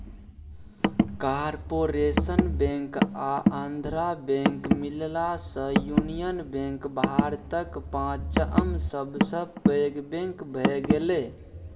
corporation bank आ Andhra bank मिललासँ union bank भारतक पाँचम सबसँ पैघ बैंक भए गेलै